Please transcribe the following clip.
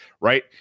right